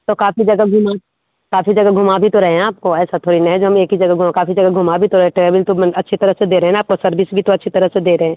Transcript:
तो काफ़ी जगह घूमे काफ़ी जगह घूमा भी तो रहे हैं आपको ऐसा थोड़ी ना है जो हम एक ही जगह घुमा काफ़ी जगह घुमा भी तो रहें ट्रेविल तो भी अच्छी तरह से दे रहे हैं ना आपको सर्विस भी तो अच्छी तरह से दे रहे हैं